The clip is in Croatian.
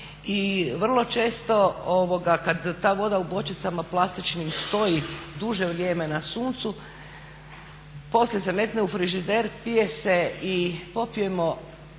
I vrlo često kad ta voda u bočicama plastičnim stoji duže vrijeme na suncu poslije se metne u frižider, pije se i popijemo